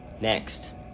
next